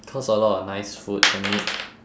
cause a lot of nice food and meat